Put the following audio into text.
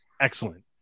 excellent